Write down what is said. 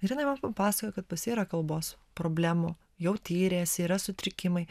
ir jinai man pasakojo kad pas jį yra kalbos problemų jau tyrėsi yra sutrikimai